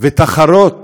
ותחרוט